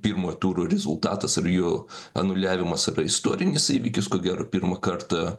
pirmo turo rezultatas ar jo anuliavimas yra istorinis įvykis ko gero pirmą kartą